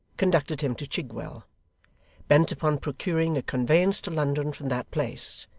conducted him to chigwell bent upon procuring a conveyance to london from that place,